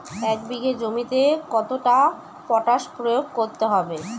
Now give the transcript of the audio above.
এক বিঘে জমিতে কতটা পটাশ প্রয়োগ করতে হবে?